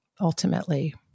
ultimately